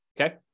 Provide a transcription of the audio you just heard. okay